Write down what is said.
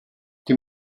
die